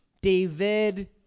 David